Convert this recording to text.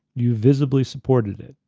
you visibly supported it,